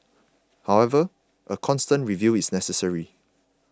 however a constant review is necessary